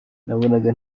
nabonaga